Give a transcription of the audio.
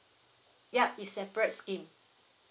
ya it's separate scheme